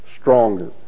stronger